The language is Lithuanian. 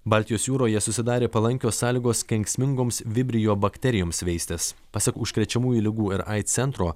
baltijos jūroje susidarė palankios sąlygos kenksmingoms vibrio bakterijoms veistis pasak užkrečiamųjų ligų ir aids centro